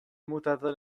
mutata